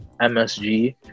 MSG